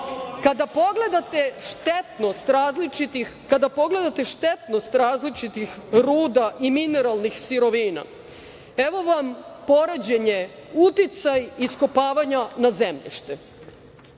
pogledate štetnost različitih ruda i mineralnih sirovina, evo vam poređenje – uticaj iskopavanja na zemljište.